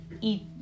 eat